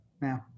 now